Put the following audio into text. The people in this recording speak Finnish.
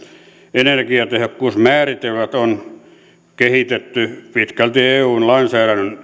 energiatehokkuusmääritelmät on kehitetty pitkälti eun lainsäädännön